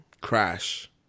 crash